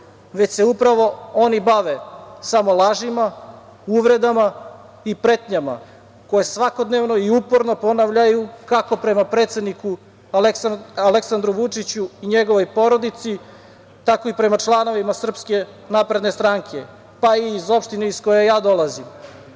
već se upravo oni bave samo lažima, uvredama i pretnjama koje svakodnevno i uporno ponavljaju kako prema predsedniku Aleksandru Vučiću i njegovoj porodici, tako i prema članovima SNS, pa i iz opštine iz koje ja